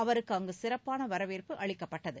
அவருக்கு அங்கு சிறப்பான வரவேற்பு அளிக்கப்பட்டது